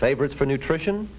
favorites for nutrition